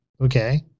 okay